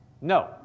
No